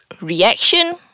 Reaction